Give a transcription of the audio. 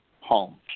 home